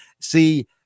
See